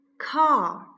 car